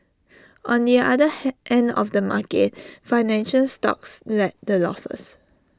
on the other he end of the market financial stocks led the losses